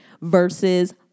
versus